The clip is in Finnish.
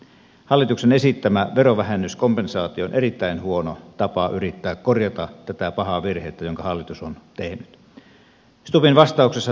hallituksen esittämä verovähennyskompensaatio on erittäin huono tapa yrittää korjata tätä pahaa virhettä jonka hallitus on tehnyt